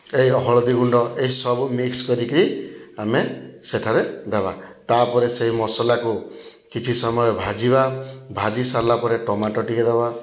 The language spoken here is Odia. ଏଇ ହଳଦୀଗୁଣ୍ଡ ଏଇସବୁ ମିକ୍ସକରିକି ଆମେ ସେଠାରେ ଦେବା ତାପରେ ସେଇ ମସଲାକୁ କିଛି ସମୟ ଭାଜିବା ଭାଜିସାରିଲାପରେ ଟମାଟୋ ଟିକିଏ ଦେବା